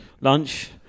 lunch